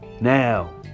Now